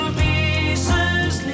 pieces